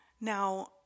Now